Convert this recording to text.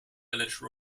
village